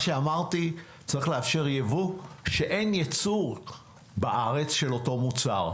אמרתי שצריך לאפשר יבוא כשאין יצור בארץ של אותו מוצר.